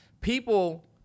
People